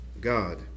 God